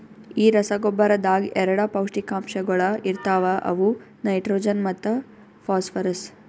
ಈ ರಸಗೊಬ್ಬರದಾಗ್ ಎರಡ ಪೌಷ್ಟಿಕಾಂಶಗೊಳ ಇರ್ತಾವ ಅವು ನೈಟ್ರೋಜನ್ ಮತ್ತ ಫಾಸ್ಫರ್ರಸ್